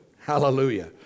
Hallelujah